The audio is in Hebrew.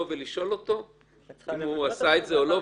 ולשאול אותו אם הוא עשה את זה או לא,